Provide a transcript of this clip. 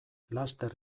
laster